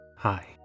Hi